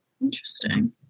Interesting